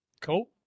cool